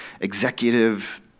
executive